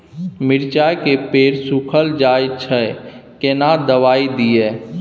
मिर्चाय के पेड़ सुखल जाय छै केना दवाई दियै?